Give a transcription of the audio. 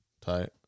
tight